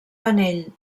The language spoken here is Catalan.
panell